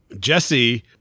Jesse